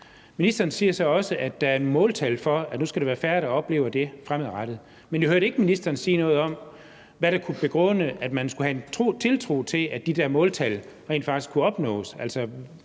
Ministeren siger så også, at der er et måltal for, at der fremadrettet skal være færre, der oplever det. Men jeg hørte ikke ministeren sige noget om, hvad der kunne begrunde, at man skulle have tiltro til, at de der måltal rent faktisk kunne opnås.